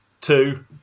two